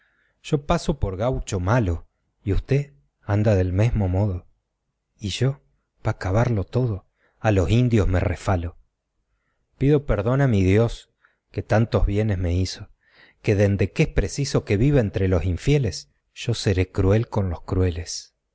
yo paso por gaucho malo y usté anda del mesmo modo y yo pa acabarlo todo a los indios me refalo pido perdón a mi dios que tantos bienes me hizo pero dende que es preciso que viva entre los infeles yo seré cruel con los crueles